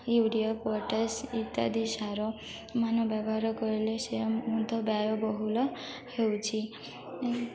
urea potash ଇତ୍ୟାଦି ସାର ମାନ ବ୍ୟବହାର କିରିଲେ ସେ ବ୍ୟୟ ବହୁଳ ହେଉଛି